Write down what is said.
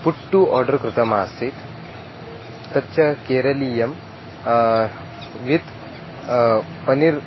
puttu order कृतम् आसीत् तच्च केरलीयं वित् पनीर्